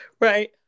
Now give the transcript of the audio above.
Right